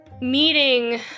meeting